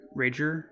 rager